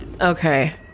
Okay